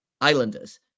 Islanders